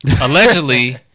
Allegedly